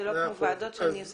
זה לא כמו ישיבות ועדה שאני מקיימת